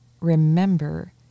remember